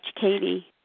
Katie